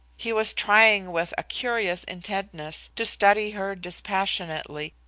he was trying with a curious intentness to study her dispassionately,